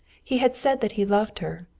he had said that he loved her.